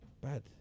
bad